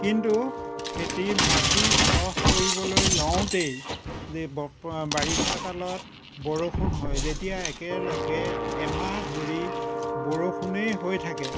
কিন্তু খেতিৰ মাটিৰ চহ কৰিবলৈ লওঁতেই যে বাৰিষা কালত বৰষুণ হয় যেতিয়া একে লগে এমাহ ধৰি বৰষুণেই হৈ থাকে